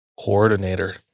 coordinator